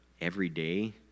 everyday